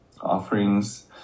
offerings